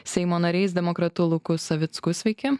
seimo nariais demokratu luku savicku sveiki